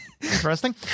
Interesting